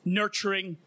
nurturing